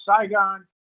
Saigon